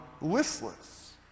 listless